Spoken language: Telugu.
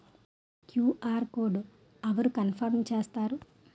క్యు.ఆర్ కోడ్ అవరు కన్ఫర్మ్ చేస్తారు?